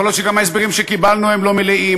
ויכול להיות שגם ההסברים שקיבלנו הם לא מלאים,